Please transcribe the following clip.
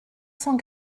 cent